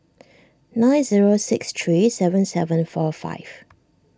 nine zero six three seven seven four five